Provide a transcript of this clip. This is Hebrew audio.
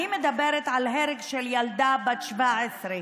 אני מדברת על הרג של ילדה בת 17,